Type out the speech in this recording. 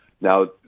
now